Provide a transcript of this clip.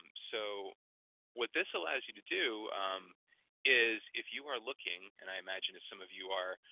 um so what this allows you to do is if you are looking, and i imagine as some of you are,